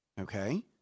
Okay